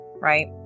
right